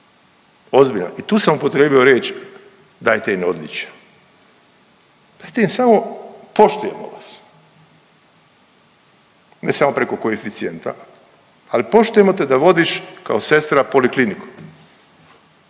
ozbiljan i tu sam upotrijebio riječ „dajte im odličje“, dajte im samo „poštujemo vas“, ne samo preko koeficijenta, ali poštujemo te da vodiš kao sestra polikliniku,